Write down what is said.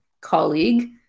colleague